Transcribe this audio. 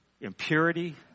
impurity